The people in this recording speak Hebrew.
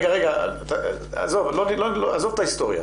עזוב את ההיסטוריה.